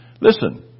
Listen